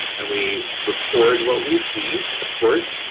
and we record what we see, of course.